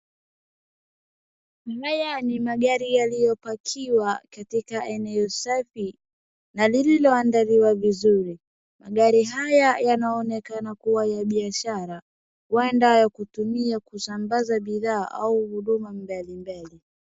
Haya ni magari yaliyopakiwa katika eneo safi na liloangaliwa vizuri. Magari haya yanaonekana kuwa ya biashara huenda kutumia kusambaza bidhaa au huduma mbalimbali.